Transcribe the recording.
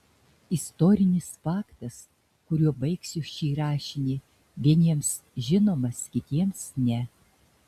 istorinis faktas kuriuo baigsiu šį rašinį vieniems žinomas kitiems ne